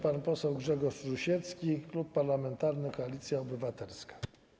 Pan poseł Grzegorz Rusiecki, Klub Parlamentarny Koalicja Obywatelska.